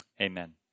Amen